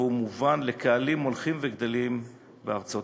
והוא מובן לקהלים הולכים וגדלים בארצות-הברית.